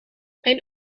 mijn